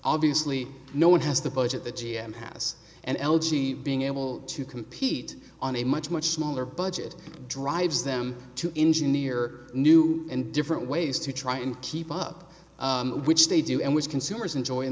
obviously no one has the budget the g m has and l g being able to compete on a much much smaller budget drives them to engineer new and different ways to try and keep up which they do and which consumers enjoy in